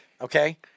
Okay